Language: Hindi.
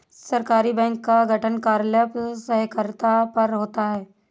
सहकारी बैंक का गठन कार्यकलाप सहकारिता पर होता है